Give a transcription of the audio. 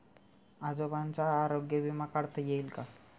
आजोबांचा आरोग्य विमा काढता येईल का?